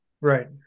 Right